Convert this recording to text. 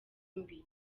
mbi